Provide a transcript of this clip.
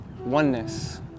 oneness